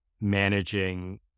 managing